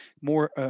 more